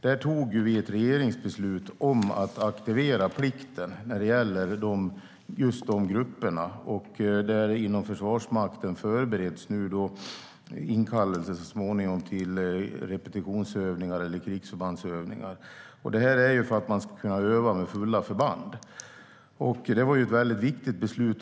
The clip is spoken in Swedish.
Regeringen har fattat ett beslut om att aktivera plikten för dessa grupper. Inom Försvarsmakten förbereds nu inkallelser till repetitionsövningar eller krigsförbandsövningar. Detta sker för att man ska kunna öva med fullständiga förband. Det var ett viktigt beslut.